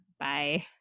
Bye